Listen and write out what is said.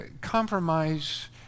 Compromise